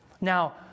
Now